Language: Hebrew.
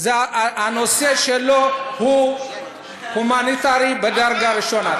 הנושא שלו הוא הומניטרי ממדרגה ראשונה.